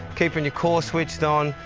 keeping your core switched on,